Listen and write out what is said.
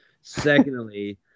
Secondly